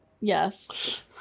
yes